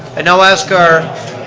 i now ask our,